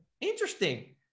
interesting